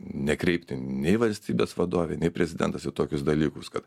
nekreipti nei valstybės vadovė nei prezidentas į tokius dalykus kad